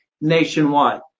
nationwide